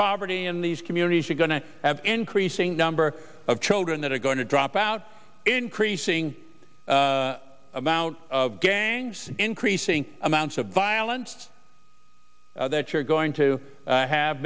poverty in these communities you're going to have increasing number of children that are going to drop out increasing about gangs increasing amounts of violence that you're going to have